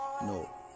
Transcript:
No